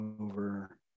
over